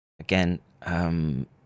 again